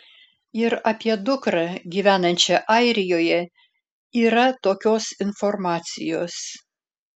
ir apie dukrą gyvenančią airijoje yra tokios informacijos